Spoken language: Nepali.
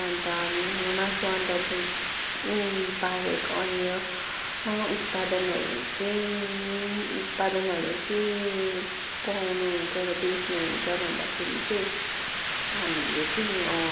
अन्त मासु अन्डा दुध बाहेक अन्य उत्पादनहरू चाहिँ उत्पादनहरू के पाउनुहुन्छ र बेच्नुहुन्छ भन्दाखेरि चाहिँ हामीले चाहिँ